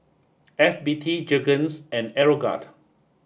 F B T Jergens and Aeroguard